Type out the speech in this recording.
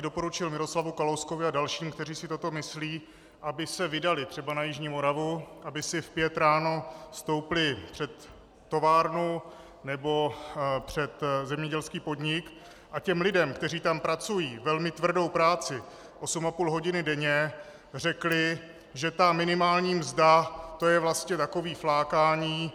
Doporučil bych Miroslavu Kalouskovi a dalším, kteří si toto myslí, aby se vydali třeba na jižní Moravu, aby si v pět ráno stoupli před továrnu nebo před zemědělský podnik a lidem, kteří tam pracují velmi tvrdou práci osm a půl hodiny denně, řekli, že minimální mzda je vlastně takové flákání.